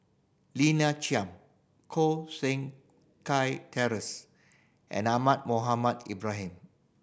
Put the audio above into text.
Lina Chiam Koh Seng Kiat Terence and Ahmad Mohamed Ibrahim